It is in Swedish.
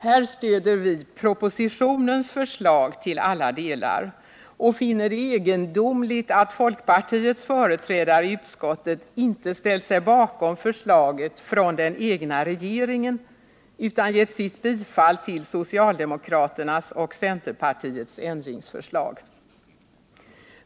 Här stöder vi propositionens förlag till alla delar och finner det egendomligt att folkpartiets företrädare i utskottet inte har ställt sig bakom förslaget från den egna regeringen utan har gett sitt bifall till socialdemokraternas och centerpartiets ändringsförslag.